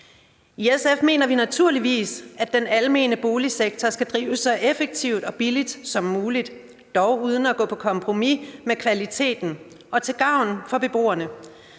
I SF mener vi naturligvis, at den almene boligsektor skal drives så effektivt og billigt som muligt dog uden at gå på kompromis med kvaliteten og til gavn for beboerne.